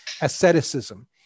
asceticism